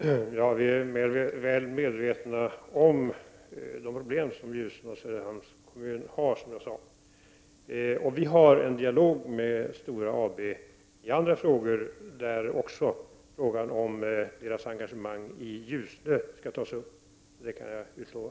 Fru talman! Regeringen är väl medveten om de problem Ljusnes och Söderhamns kommuner har. Regeringen för en dialog med Stora AB i andra frågor. Även frågan om företagets engagemang i Ljusne skall tas upp. Det kan jag utlova.